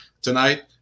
tonight